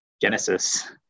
genesis